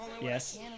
Yes